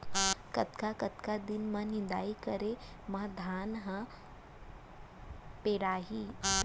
कतका कतका दिन म निदाई करे म धान ह पेड़ाही?